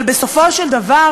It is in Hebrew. אבל בסופו של דבר